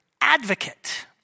advocate